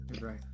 Right